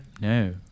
No